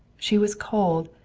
she was cold,